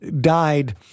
died